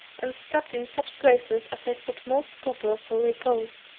and stopped in such places as i thought most proper for repose.